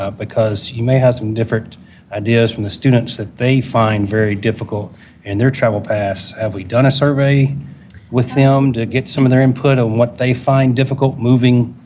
because you may have some different ideas from the students that they find very difficult in their travel paths. have we done a survey with them to get some of their input on what they find difficult, moving.